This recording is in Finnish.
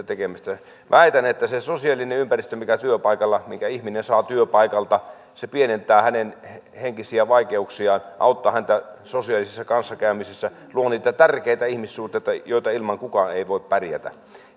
tekemistä väitän että se sosiaalinen ympäristö minkä ihminen saa työpaikalta pienentää hänen henkisiä vaikeuksiaan auttaa häntä sosiaalisessa kanssakäymisessä luo niitä tärkeitä ihmissuhteita joita ilman kukaan ei voi pärjätä